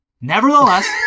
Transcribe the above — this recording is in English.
Nevertheless